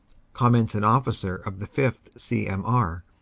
comments an officer of the fifth c m r,